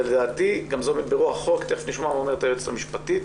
לדעתי גם זה ברוח החוק ותיכף נשמע מה אומרת היועצת המשפטית,